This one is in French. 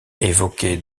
évoqués